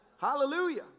Hallelujah